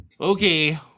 Okay